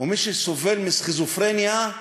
ומי שסובל מסכיזופרניה,